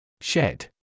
shed